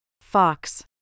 Fox